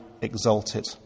exalted